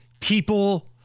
people